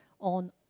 on